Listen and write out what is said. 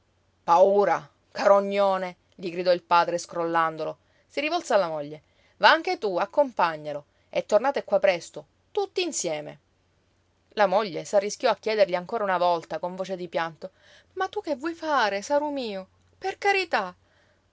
paura carognone gli gridò il padre scrollandolo si rivolse alla moglie va anche tu accompagnalo e tornate qua presto tutti insieme la moglie s'arrischiò a chiedergli ancora una volta con voce di pianto ma tu che vuoi fare saru mio per carità